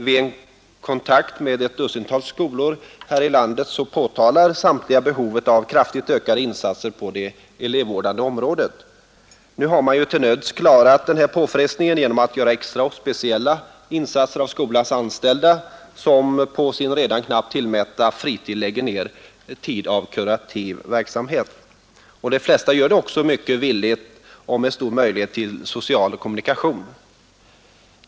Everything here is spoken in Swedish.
Vid kontakt med ett dussintal skolor här i landet pätalar samtliga behovet av kraftigt ökade insatser på det elevvärdande området. Nu har man ju till nöds klarat den påfrestningen genom extra och speciella insatser av skolans anställda, som på sin redan knappt tillmätta fritid utför kurativ verksamhet. De flesta gör det också mycket villigt och med stor möjlighet till social kommunikation.